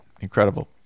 incredible